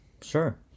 Sure